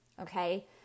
Okay